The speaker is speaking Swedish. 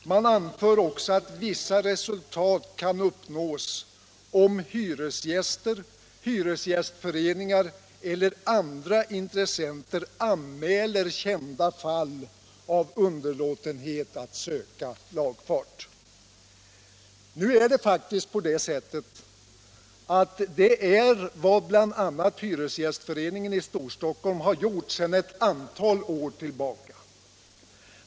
Man anför också att vissa resultat kan uppnås, om hyresgäster, hyresgästföreningar eller andra intressenter anmäler kända fall av underlåtenhet att söka lagfart. Nu är det faktiskt så, att detta är vad bl.a. hyresgästföreningen i Storstockholm har gjort sedan ett antal år tillbaka.